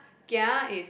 kia is